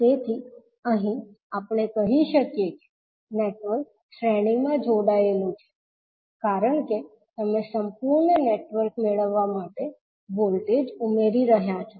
તેથી અહીં આપણે કહી શકીએ કે નેટવર્ક શ્રેણીમાં જોડાયેલું છે કારણ કે તમે સંપૂર્ણ નેટવર્ક મેળવવા માટે વોલ્ટેજ ઉમેરી રહ્યા છો